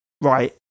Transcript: Right